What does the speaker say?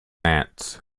plants